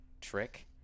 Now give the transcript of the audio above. trick